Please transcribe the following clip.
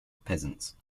pheasants